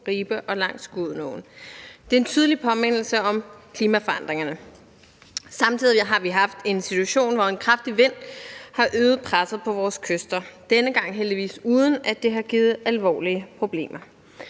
Ribe og langs Gudenåen. Det er en tydelig påmindelse om klimaforandringerne. Vi har samtidig haft en situation, hvor en kraftig vind har øget presset på vores kyster – denne gang heldigvis uden at det har givet alvorlige problemer.